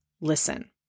listen